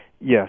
yes